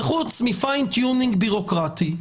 וחוץ מהידוק בירוקרטי,